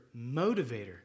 motivator